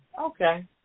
Okay